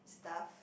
stuff